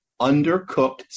undercooked